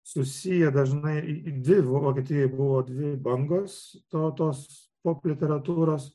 susiję dažnai į dvi vokietijoje buvo dvi bangos to tos pop literatūros